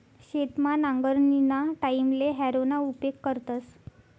शेतमा नांगरणीना टाईमले हॅरोना उपेग करतस